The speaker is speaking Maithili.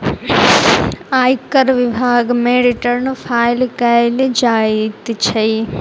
आयकर विभाग मे रिटर्न फाइल कयल जाइत छै